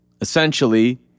Essentially